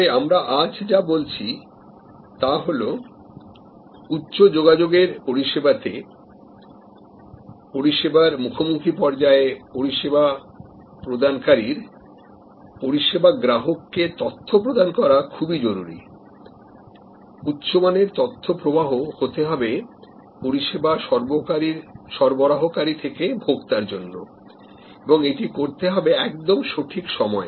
তবে আমরা আজ যা বলছি তা হল উচ্চ যোগাযোগের পরিষেবাতে পরিষেবার মুখোমুখি পর্যায়ে পরিষেবা প্রদানকারীর পরিষেবা গ্রাহককে তথ্য প্রদান করা খুবই জরুরী উচ্চমানের তথ্য প্রবাহ হতে হবে পরিষেবা সরবরাহকারী থেকে ভোক্তার জন্য এবং এটা করতে হবে একদম সঠিক সময়ে